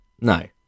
No